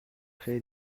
créer